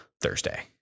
Thursday